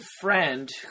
friend